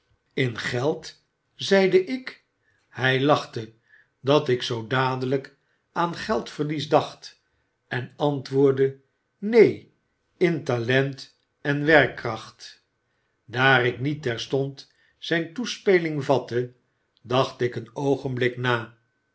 in geld zeide ik hy lachte dat ik zoo dadelyk aan geldverlies dacht en antwoordde neen in talent en werkkracht daar ik niet terstond zyn toespeling vatte dacht ik een oogenblik na